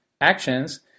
actions